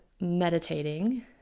meditating